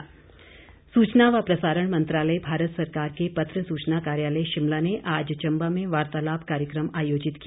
पत्र सूचना सूचना व प्रसारण मंत्रालय भारत सरकार के पत्र सूचना कार्यालय शिमला ने आज चंबा में वार्तालाप कार्यक्रम आयोजित किया